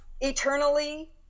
eternally